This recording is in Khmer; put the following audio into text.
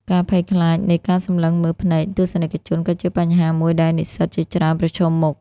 ការភ័យខ្លាចនៃការសម្លឹងមើលភ្នែកទស្សនិកជនក៏ជាបញ្ហាមួយដែលនិស្សិតជាច្រើនប្រឈមមុខ។